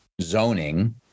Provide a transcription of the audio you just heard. zoning